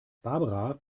barbara